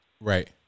Right